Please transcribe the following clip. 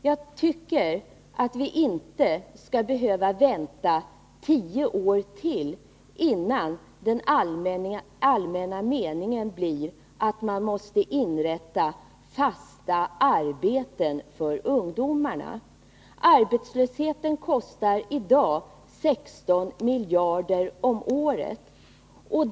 Jag tycker att vi inte skall behöva vänta ytterligare tio år, innan den allmänna meningen blir den att man måste inrätta fasta arbeten för ungdomarna. Arbetslösheten kostar i dag 16 miljarder kronor om året.